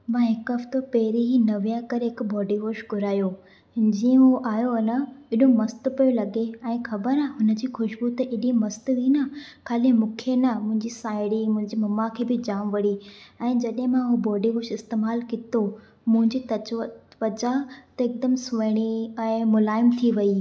मां हिकु हफ़्तो पहिरें ई नव्या करे हिकु बॉडी वॉश घुरायो जीअं हू आयो हुयो न हेॾो मस्तु पियो लॻे आहे ख़बर आहे हुन जी ख़ुशबू त हेॾी मस्तु हुई न खाली मूंखे न मुंहिंजी साहेड़ी मुंहिंजी मम्मा खे बि जाम वणी ऐं जॾहिं मां हू बॉडी वॉश इस्तेमालु कितो मुंहिंजी त्वचा त हिकदमि सुहिणी ऐं मुलायम थी वई